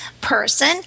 person